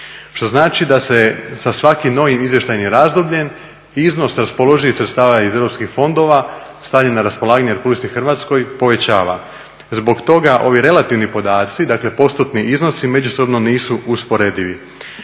Što znači da se sa svakim novim izvještajnim razdobljem iznos raspoloživih sredstava iz europskih fondova stavlja na raspolaganje Republici Hrvatskoj povećava. Zbog toga ovi relativni podaci, dakle postotni iznosi međusobno nisu usporedivi.